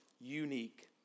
unique